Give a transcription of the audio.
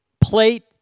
plate